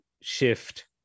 shift